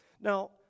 Now